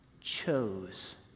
chose